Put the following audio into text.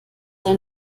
ein